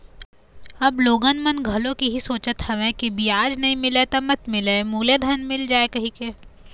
अब लोगन मन घलोक इहीं सोचत हवय के बियाज नइ मिलय त मत मिलय मूलेधन मिल जाय कहिके